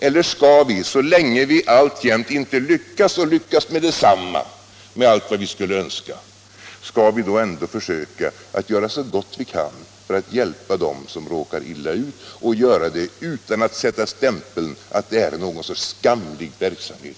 Eller skall vi, så länge vi alltjämt inte lyckats eller lyckas med detsamma med allt vad vi skulle önska, ändå göra så gott vi kan för att hjälpa dem som råkar illa ut och göra det utan att stämpla det som något slags skamlig verksamhet?